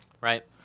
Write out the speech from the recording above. Right